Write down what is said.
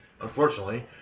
unfortunately